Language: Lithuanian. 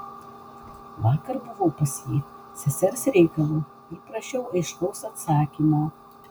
vakar buvau pas jį sesers reikalu ir prašiau aiškaus atsakymo